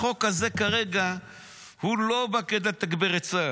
החוק הזה כרגע לא בקטע של לתגבר את צה"ל.